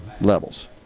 levels